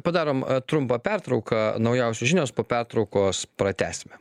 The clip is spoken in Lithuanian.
padarom trumpą pertrauką naujausios žinios po pertraukos pratęsime